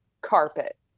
carpet